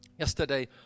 Yesterday